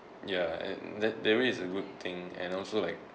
ya and that there is a good thing and also like